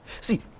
See